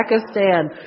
Pakistan